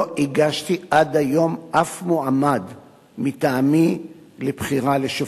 לא הגשתי עד היום אף מועמד מטעמי לבחירה לשופט.